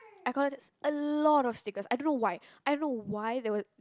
I collected a lot of stickers I don't know why I don't why there were